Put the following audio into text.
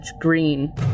green